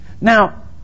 Now